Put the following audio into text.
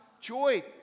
joy